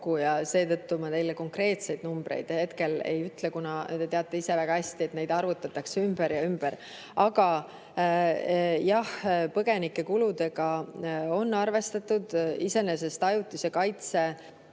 ja seetõttu ma teile konkreetseid numbreid hetkel ei ütle, kuna te teate ise väga hästi, et neid arvutatakse ümber ja ümber. Aga jah, põgenike kuludega on arvestatud. Ajutine kaitse